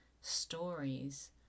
stories